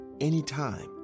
Anytime